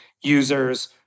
users